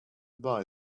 buy